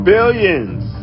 Billions